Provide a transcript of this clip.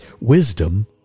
Wisdom